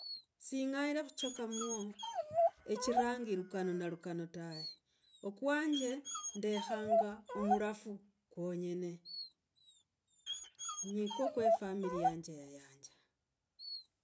Sing’ale khuchoka mwo, ochirangi lukano na lukano tawe, okwanje ndekhanga omulafu kwonyene, nyikwo kwe efamily yanye yayanja.